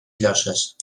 llosses